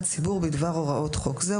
הודעה לציבור בדבר הוראות חוק זה,